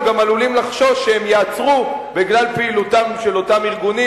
הם גם עלולים לחשוש שהם ייעצרו בגלל פעילותם של אותם ארגונים,